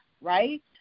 right